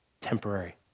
temporary